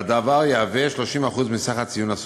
והדבר יהיה 30% מסך הציון הסופי: